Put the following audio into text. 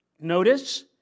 notice